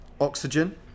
Oxygen